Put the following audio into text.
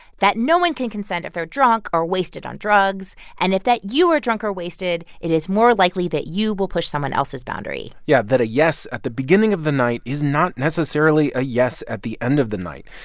that no one can consent if they're drunk or wasted on drugs and if that you were drunk or wasted, it is more likely that you will push someone else's boundary yeah, that a yes at the beginning of the night is not necessarily a yes at the end of the night.